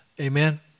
Amen